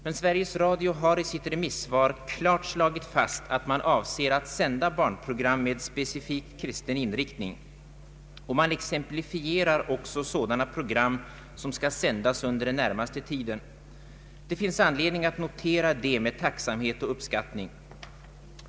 Men Sveriges Radio har i sitt remissvar klart slagit fast att man avser att sända barnprogram med specifikt kristen inriktning, och man exemplifierar också sådana program som skall sändas under den närmaste tiden. Det finns anledning att notera detta med tacksamhet och uppskattning.